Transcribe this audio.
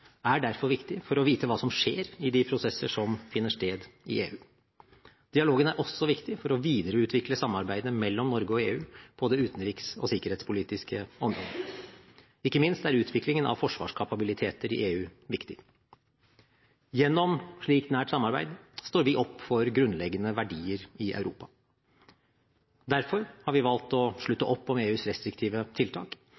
er derfor viktig for å vite hva som skjer i de prosesser som finner sted i EU. Dialogen er også viktig for å videreutvikle samarbeidet mellom Norge og EU på det utenriks- og sikkerhetspolitiske området. Ikke minst er utviklingen av forsvarskapabiliteter i EU viktig. Gjennom slikt nært samarbeid står vi opp for grunnleggende verdier i Europa. Derfor har vi valgt å